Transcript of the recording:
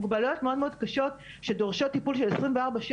אנשים בעלי מוגבלויות מאוד מאוד קשות שדורשות טיפול של 24/7